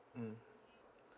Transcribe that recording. mm